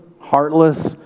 heartless